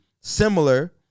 similar